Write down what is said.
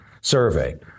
survey